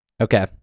Okay